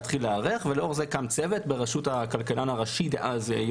לאור המלצה זו הוקם צוות בין-משרדי בראשות הכלכלן הראשי דאז,